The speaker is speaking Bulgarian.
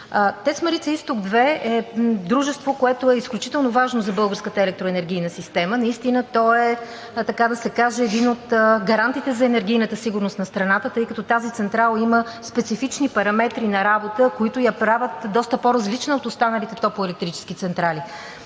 ТЕЦ „Марица изток 2“ е дружество, което е изключително важно за българската електроенергийна система. Наистина то е, така да се каже, един от гарантите за енергийната сигурност на страната, тъй като тази централа има специфични параметри на работа, които я правят доста по-различна от останалите топлоелектрически централи,